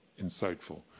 insightful